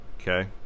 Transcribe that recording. okay